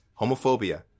homophobia